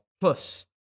plus